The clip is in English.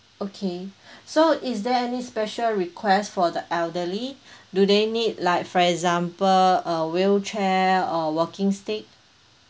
okay so is there any special request for the elderly do they need like for example a wheelchair or walking stick